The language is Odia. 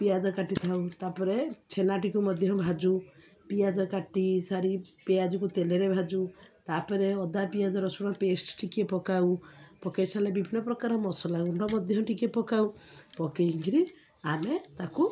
ପିଆଜ କାଟିଥାଉ ତାପରେ ଛେନାଟିକୁ ମଧ୍ୟ ଭାଜୁ ପିଆଜ କାଟି ସାରି ପିଆଜକୁ ତେଲରେ ଭାଜୁ ତାପରେ ଅଦା ପିଆଜ ରସୁଣ ପେଷ୍ଟ ଟିକେ ପକାଉ ପକେଇ ସାରିଲେ ବିଭିନ୍ନ ପ୍ରକାର ମସଲା ଗୁଣ୍ଡ ମଧ୍ୟ ଟିକେ ପକାଉ ପକେଇକିରି ଆମେ ତାକୁ